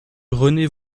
rené